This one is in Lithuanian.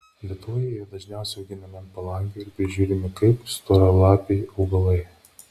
lietuvoje jie dažniausiai auginami ant palangių ir prižiūrimi kaip storalapiai augalai